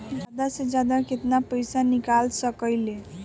जादा से जादा कितना पैसा निकाल सकईले?